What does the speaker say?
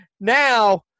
now